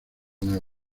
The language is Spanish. nave